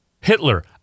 Hitler